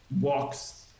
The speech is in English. walks